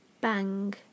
Bang